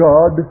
God